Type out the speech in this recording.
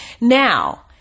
now